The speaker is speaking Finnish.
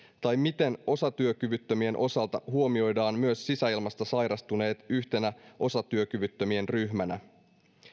tai miten osatyökyvyttömien osalta huomioidaan myös sisäilmasta sairastuneet yhtenä osatyökyvyttömien ryhmänä